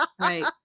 Right